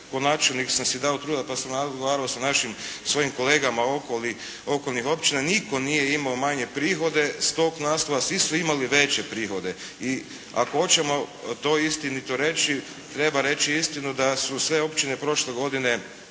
kao načelnik sam si dao truda pa sam razgovarao sa svojim kolegama okolnih općina, nitko nije imao manje prihode s tog naslova, svi su imali veće prihode. I ako hoćemo to istinito reći, treba reći istinu da su sve općine prošle godine